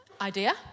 idea